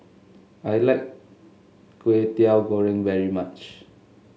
I like Kway Teow Goreng very much